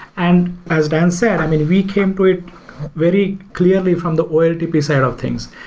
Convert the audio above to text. and as dan said, i mean, we came to it very clearly from the oltp side of things.